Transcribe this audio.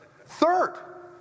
third